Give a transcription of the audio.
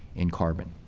in carbon.